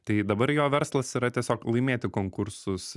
tai dabar jo verslas yra tiesiog laimėti konkursus